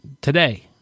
today